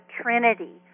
Trinity